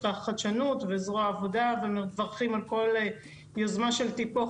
החדשנות וזרוע העבודה ומברכים על כל יוזמה של טיפוח